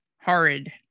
Horrid